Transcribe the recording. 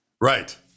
Right